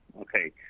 Okay